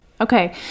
Okay